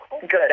good